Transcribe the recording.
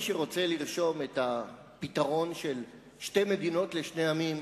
כל מי שרוצה לרשום את הפתרון של שתי מדינות לשני עמים,